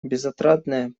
безотрадная